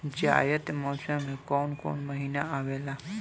जायद मौसम में काउन काउन महीना आवेला?